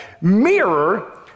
mirror